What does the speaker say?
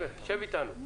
שב איתנו.